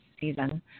season